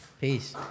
Peace